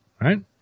right